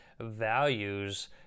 values